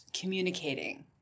communicating